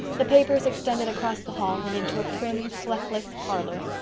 the papers extended across the hall and into a prim, fleckless parlor.